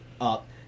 up